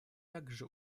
также